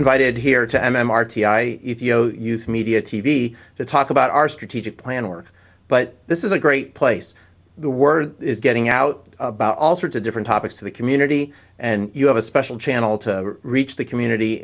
invited here to m m r t i if you know youth media t v to talk about our strategic plan work but this is a great place the word is getting out about all sorts of different topics to the community and you have a special channel to reach the community